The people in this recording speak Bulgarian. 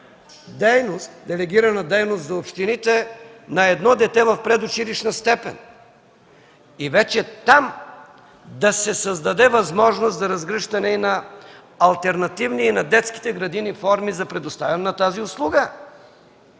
делегирана дейност за общините на едно дете в предучилищна степен! И вече там да се създаде възможност за разгръщане на алтернативни на детските градини форми за предоставяне на тази услуга!